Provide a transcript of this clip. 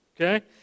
okay